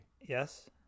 Yes